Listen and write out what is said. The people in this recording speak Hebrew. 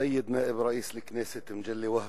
א-סיד נאא'ב ראיס אל-כנסת מגלי והבה,